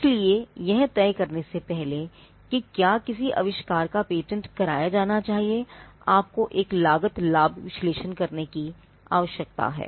इसलिएयह तय करने से पहले कि क्या किसी अविष्कार का पेटेंट कराया जाना चाहिए आपको एक लागत लाभ विश्लेषण करने की आवश्यकता है